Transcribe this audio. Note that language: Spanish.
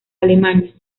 alemania